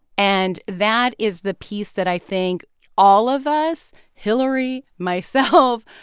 and that is the piece that i think all of us hillary, myself,